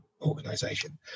organization